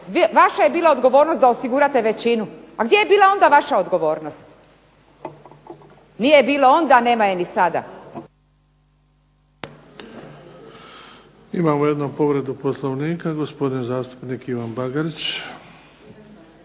vaša je bila odgovornost da osigurate većinu. A gdje je bila onda vaša odgovornost? Nije je bilo ni onda, nema je ni sada. **Bebić, Luka (HDZ)** Imamo jednu povredu Poslovnika gospodin zastupnik Ivan Bagarić.